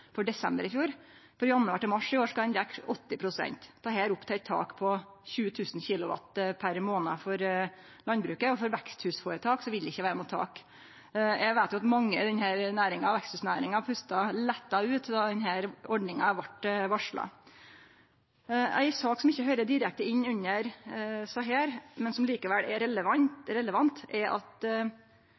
for desember i fjor. Frå januar til mars i år skal ein dekkje 80 pst. Dette gjeld eit tak opp til 20 000 kWh per månad for landbruket, og for veksthusføretak vil det ikkje vere noko tak. Eg veit at mange i veksthusnæringa pusta letta ut då denne ordninga vart varsla. Ei sak som ikkje høyrer direkte inn under desse, men som likevel er relevant, er at